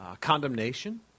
condemnation